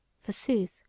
Forsooth